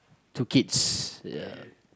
two kids ya